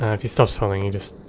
if he stops following, you just.